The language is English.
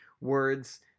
words